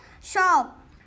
shop